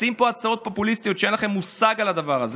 מציעים פה הצעות פופוליסטיות ואין לכם מושג על הדבר הזה.